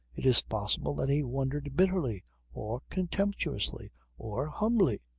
it is possible that he wondered bitterly or contemptuously or humbly.